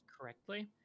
correctly